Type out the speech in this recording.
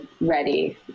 ready